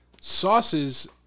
Sauces